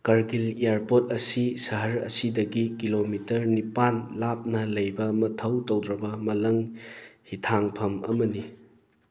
Kargil airport ꯑꯁꯤ ꯁꯍꯔ ꯑꯁꯤꯗꯒꯤ ꯀꯤꯂꯣꯃꯤꯇꯔ ꯅꯤꯄꯥꯟ ꯂꯥꯞꯅ ꯂꯩꯕ ꯃꯊꯧ ꯇꯧꯗ꯭ꯔꯕ ꯃꯥꯂꯪ ꯍꯤꯊꯥꯡꯐꯝ ꯑꯃꯅꯤ